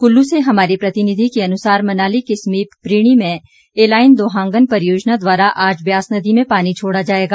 कुल्लू से हमारे प्रतिनिधि के अनुसार मनाली के समीप प्रीणी में एलाइन दोहांगन परियोजना द्वारा आज ब्यास नदी में पानी छोड़ा जाएगा